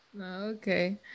okay